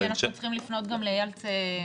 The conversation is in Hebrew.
כי אנחנו צריכים לפנות גם לאיל מבית החולים שיבא.